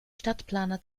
stadtplaner